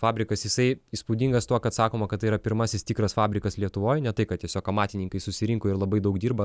fabrikas jisai įspūdingas tuo kad sakoma kad tai yra pirmasis tikras fabrikas lietuvoj ne tai kad tiesiog amatininkai susirinko ir labai daug dirba